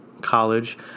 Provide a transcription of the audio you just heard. college